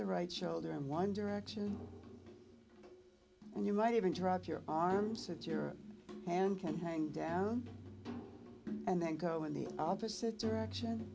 the right shoulder in one direction and you might even drop your arm since your hand can hang down and then go in the opposite direction